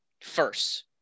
first